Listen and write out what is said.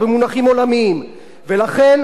ולכן אסור לנו לעולם,